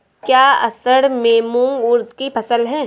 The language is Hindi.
क्या असड़ में मूंग उर्द कि फसल है?